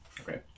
Okay